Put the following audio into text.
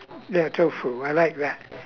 ya tofu I like that